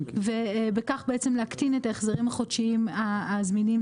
ובכך בעצם להקטין את ההחזרים החודשיים הזמינים.